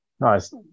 Nice